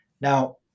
Now